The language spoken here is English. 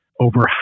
Over